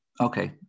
Okay